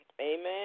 Amen